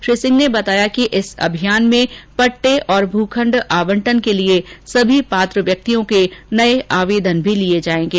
श्री सिंह ने बताया कि इस अभियान में पट्टे और भूखण्ड आवंटन के लिए सभी पात्र व्यक्तियों के नये आवेदन भी लिए जाएंगे